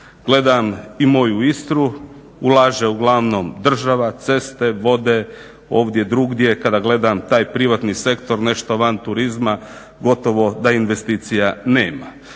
Gledam i moju Istru, ulaže uglavnom država, ceste, vode, ovdje drugdje kada gledam taj privatni sektor, nešto van turizma gotovo da investicija nema.